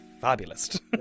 Fabulist